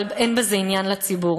אבל אין בזה עניין לציבור,